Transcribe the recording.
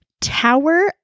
Tower